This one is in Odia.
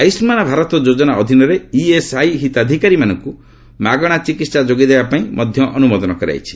ଆୟୁଷ୍କାନ୍ ଭାରତ ଯୋଜନା ଅଧୀନରେ ଇଏସ୍ଆଇ ହିତାଧିକାରୀମାନଙ୍କୁ ମାଗଣା ଚିକିତ୍ସା ଯୋଗାଇ ଦେବା ପାଇଁ ମଧ୍ୟ ଅନୁମୋଦନ କରାଯାଇଛି